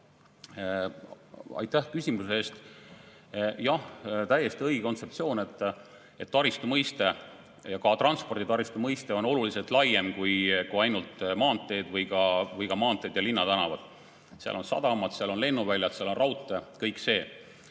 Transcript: Aitäh küsimuse eest! Jah, täiesti õige kontseptsioon. Taristu mõiste ja ka transporditaristu mõiste on oluliselt laiem kui ainult maanteed või ka maanteed ja linnatänavad, seal on sadamad, seal on lennuväljad, seal on raudtee, kõik see.